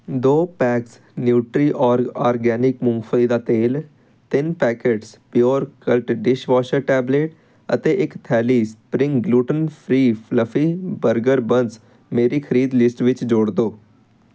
ਦੋ packs Nutriorg organic ਮੂੰਗਫਲੀ ਦਾ ਤੇਲ ਤਿੰਨ ਪੈਕੇਟਸ ਪਿਓਰਕਲਟ ਡਿਸ਼ਵਾਸ਼ਰ ਟੈਬਲੇਟ ਅਤੇ ਇੱਕ ਥੈਲੀ spring gluten free fluffy burger buns ਮੇਰੀ ਖਰੀਦ ਲਿਸਟ ਵਿੱਚ ਜੋੜ ਦਿਉ